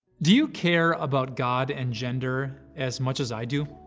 do you care about god and gender as much as i do?